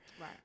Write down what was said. Right